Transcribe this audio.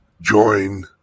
Join